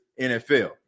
NFL